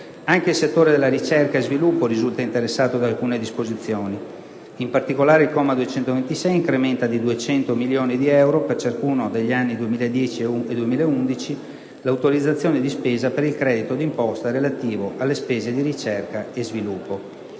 Anche il settore della ricerca e dello sviluppo risulta interessato da alcune disposizioni. In particolare, il comma 226 incrementa di 200 milioni di euro, per ciascuno degli anni 2010 e 2011, l'autorizzazione di spesa per il credito d'imposta relativo alle spese in ricerca e sviluppo.